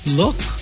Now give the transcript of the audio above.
look